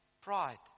pride